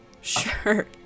Sure